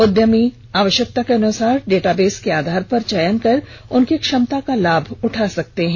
उद्यमी आवश्यकता के अनुसार डेटाबेस के आधार पर चयन कर उनकी दक्षता का लाभ उठा सकते हैं